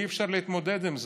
אי-אפשר להתמודד עם זה.